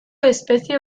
espezie